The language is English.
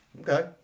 Okay